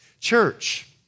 Church